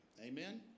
amen